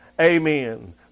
Amen